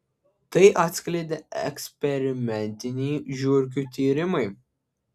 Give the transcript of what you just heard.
tai atskleidė eksperimentiniai žiurkių tyrimai